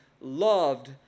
loved